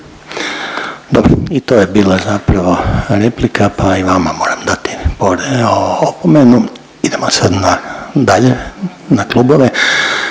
Dobro i to je bila zapravo replika, pa i vama moram dati opomenu. Idemo sad dalje na klubove,